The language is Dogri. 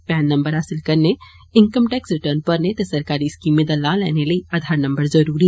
पैन नम्बर हासल करने इन्कम टैक्स रिटर्न भरने ते सरकारी स्कीमें दा लाह लैने लेई आधार नम्बर जरुरी